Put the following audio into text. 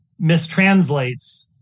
mistranslates